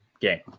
game